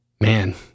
man